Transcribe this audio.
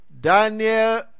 Daniel